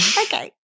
Okay